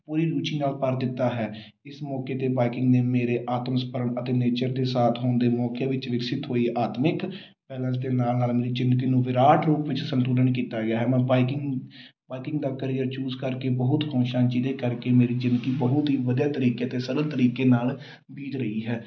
ਪੂਰੀ ਰੂਚੀ ਨਾਲ ਭਰ ਦਿੱਤਾ ਹੈ ਇਸ ਮੌਕੇ 'ਤੇ ਬਾਈਕਿੰਗ ਨੇ ਮੇਰੇ ਆਤਮ ਸਮਰਨ ਅਤੇ ਨੇਚਰ ਦੇ ਸਾਥ ਹੋਣ ਦੇ ਮੌਕੇ ਵਿੱਚ ਵਿਕਸਿਤ ਹੋਈ ਆਤਮਿਕ ਬੈਲੰਸ ਦੇ ਨਾਲ ਨਾਲ ਮੇਰੀ ਜ਼ਿੰਦਗੀ ਨੂੰ ਵਿਰਾਟ ਰੂਪ ਵਿੱਚ ਸੰਤੁਲਨ ਕੀਤਾ ਗਿਆ ਹੈ ਮੈਂ ਬਾਈਕਿੰਗ ਬਾਈਕਿੰਗ ਦਾ ਕਰੀਅਰ ਚੂਜ ਕਰਕੇ ਬਹੁਤ ਖੁਸ਼ ਹਾਂ ਜਿਹਦੇ ਕਰਕੇ ਮੇਰੀ ਜ਼ਿੰਦਗੀ ਬਹੁਤ ਹੀ ਵਧੀਆ ਤਰੀਕੇ ਅਤੇ ਸਰਲ ਤਰੀਕੇ ਨਾਲ ਬੀਤ ਰਹੀ ਹੈ